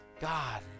God